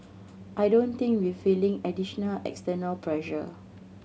I don't think we've feeling additional external pressure